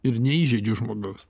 ir neįžeidžiu žmogaus